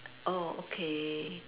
oh okay